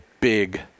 big